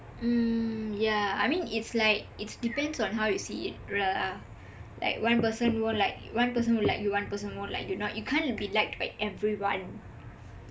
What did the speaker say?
mm yah I mean it's like it depends on how you see it lah like one person won't like you one person will like you you know you can't be liked by everyone